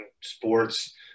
sports